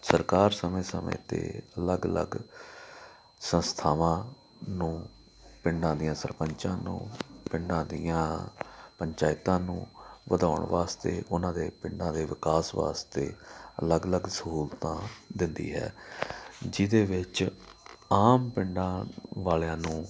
ਸਰਕਾਰ ਸਮੇਂ ਸਮੇਂ 'ਤੇ ਅਲੱਗ ਅਲੱਗ ਸੰਸਥਾਵਾਂ ਨੂੰ ਪਿੰਡਾਂ ਦਿਆਂ ਸਰਪੰਚਾਂ ਨੂੰ ਪਿੰਡਾਂ ਦੀਆਂ ਪੰਚਾਇਤਾਂ ਨੂੰ ਵਧਾਉਣ ਵਾਸਤੇ ਉਹਨਾਂ ਦੇ ਪਿੰਡਾਂ ਦੇ ਵਿਕਾਸ ਵਾਸਤੇ ਅਲੱਗ ਅਲੱਗ ਸਹੂਲਤਾਂ ਦਿੰਦੀ ਹੈ ਜਿਹਦੇ ਵਿੱਚ ਆਮ ਪਿੰਡਾਂ ਵਾਲਿਆਂ ਨੂੰ